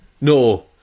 no